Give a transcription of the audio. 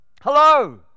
Hello